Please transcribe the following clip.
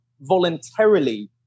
voluntarily